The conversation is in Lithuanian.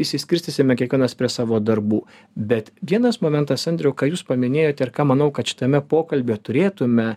išsiskirstysime kiekvienas prie savo darbų bet vienas momentas andriau ką jūs paminėjote ir ką manau kad šitame pokalbyje turėtume